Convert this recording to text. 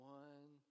one